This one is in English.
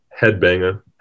Headbanger